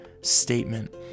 statement